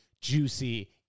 juicy